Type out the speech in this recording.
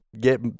get